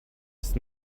ist